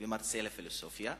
ומרצה לפילוסופיה,